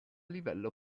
livello